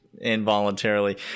involuntarily